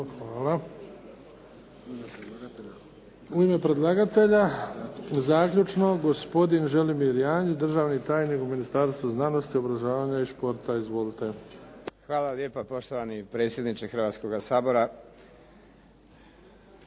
Hvala. U ime predlagatelja zaključno, gospodin Želimir Janjić, državni tajnik u Ministarstvu znanosti, obrazovanja i športa. Izvolite. **Janjić, Želimir (HSLS)** Hvala lijepa. Poštovani predsjedniče Hrvatskoga sabora.